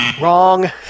wrong